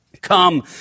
Come